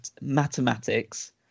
mathematics